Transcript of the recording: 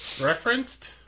referenced